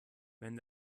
wenn